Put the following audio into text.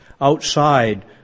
Outside